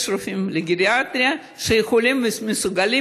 יש רופאים לגריאטריה שיכולים ומסוגלים